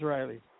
Riley